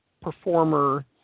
performer